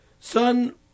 Son